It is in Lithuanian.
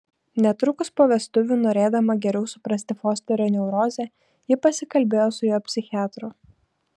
netrukus po vestuvių norėdama geriau suprasti fosterio neurozę ji pasikalbėjo su jo psichiatru